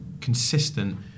consistent